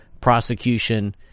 prosecution